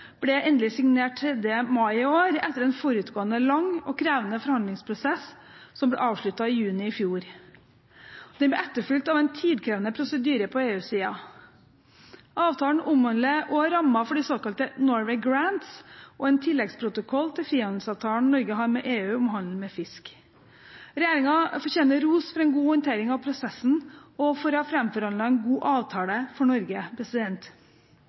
ble endelig signert 3. mai i år etter en forutgående lang og krevende forhandlingsprosess som ble avsluttet i juni i fjor. Den ble etterfulgt av en tidkrevende prosedyre på EU-siden. Avtalen omhandler også rammer for de såkalte Norway Grants og en tilleggsprotokoll til frihandelsavtalen Norge har med EU om handel med fisk. Regjeringen fortjener ros for en god håndtering av prosessen og for å ha framforhandlet en god avtale for Norge.